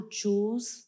choose